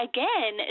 Again